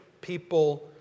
people